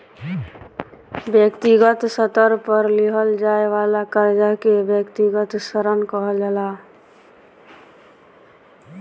व्यक्तिगत स्तर पर लिहल जाये वाला कर्जा के व्यक्तिगत ऋण कहल जाला